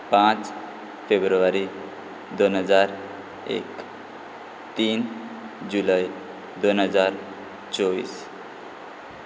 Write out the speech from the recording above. पांच फेब्रुवारी दोन हजार एक तीन जुलाय दोन हजार चोव्वीस